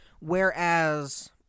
Whereas